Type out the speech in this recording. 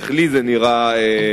איך לי זה נראה מהצד,